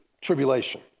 tribulation